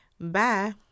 Bye